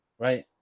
right